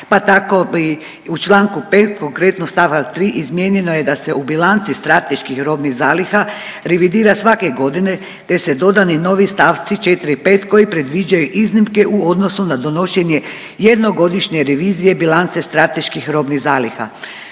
Pa tako bi u Članku 5. konkretno stavak 3. izmijenjeno je da se u bilanci strateških robnih zaliha revidira svake godine te su dodani novi stavci 4. i 5. koji predviđaju iznimke u odnosu na donošenje jednogodišnje revizije bilance strateških robnih zaliha.